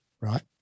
right